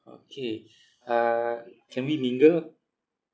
okay uh can we mingle